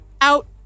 Out